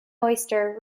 oyster